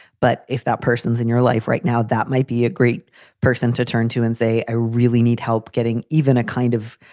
but if that person's in your life right now, that might be a great person to turn to and say, i really need help getting even a kind of